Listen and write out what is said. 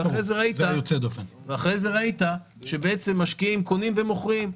ואחרי זה ראית שהמשקיעים קונים ומוכרים.